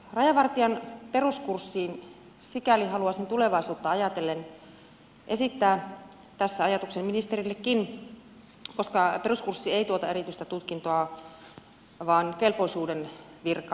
rajavartijan peruskurssiin sikäli haluaisin tulevaisuutta ajatellen esittää tässä ajatuksen ministerillekin koska peruskurssi ei tuota erityistä tutkintoa vaan kelpoisuuden virkaan